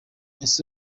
ese